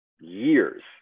years